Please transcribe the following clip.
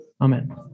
Amen